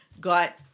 got